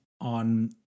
on